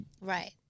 Right